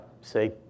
see